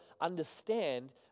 understand